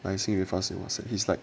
I seen with us in Whatsapp is like